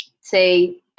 say